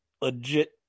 legit